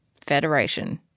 Federation